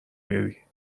بری